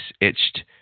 itched